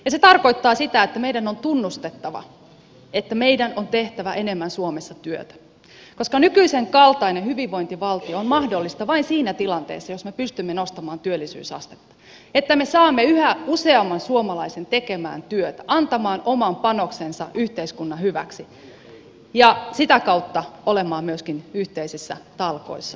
se tarkoittaa sitä että meidän on tunnustettava että meidän on tehtävä enemmän suomessa työtä koska nykyisen kaltainen hyvinvointivaltio on mahdollista vain siinä tilanteessa jos me pystymme nostamaan työllisyysastetta että me saamme yhä useamman suomalaisen tekemään työtä antamaan oman panoksensa yhteiskunnan hyväksi ja sitä kautta olemaan myöskin yhteisissä talkoissa mukana